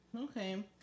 Okay